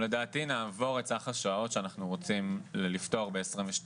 לדעתי אנחנו נעבור את סך השעות שאנחנו רוצים לפתור ב-2022,